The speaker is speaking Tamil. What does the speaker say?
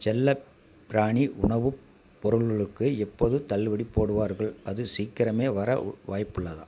செல்லப்பிராணி உணவுப் பொருள்களுக்கு எப்போது தள்ளுபடி போடுவார்கள் அது சீக்கிரமே வர வாய்ப்புள்ளதா